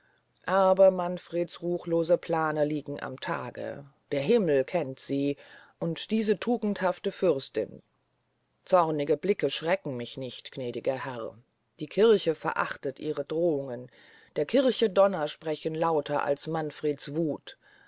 aber manfreds ruchlose plane liegen am tage der himmel kennt sie und diese tugendhafte fürstin zornige blicke schrecken mich nicht gnädiger herr die kirche verachtet ihre drohungen der kirche donner sprechen lauter als manfreds wuth